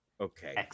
Okay